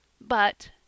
But—